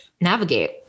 navigate